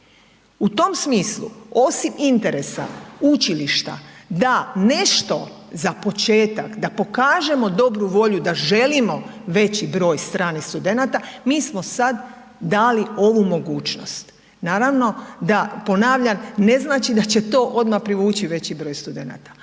U tom smislu osim interesa učilišta da nešto za početak, da pokažemo dobru volju da želimo veći broj stranih studenata, mi smo sad dali ovu mogućnost, naravno da, ponavljam, ne znači da će to odma privući veći broj studenata,